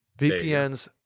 vpns